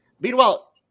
Meanwhile